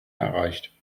erreicht